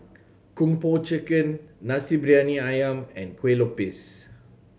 Kung Po Chicken Nasi Briyani Ayam and Kueh Lopes